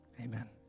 Amen